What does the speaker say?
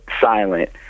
silent